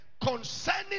concerning